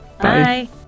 Bye